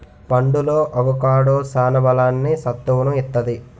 పండులో అవొకాడో సాన బలాన్ని, సత్తువును ఇత్తది